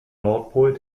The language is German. nordpol